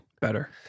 better